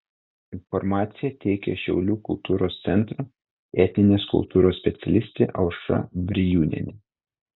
informaciją teikia šiaulių kultūros centro etninės kultūros specialistė aušra brijūnienė